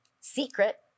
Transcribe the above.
Secret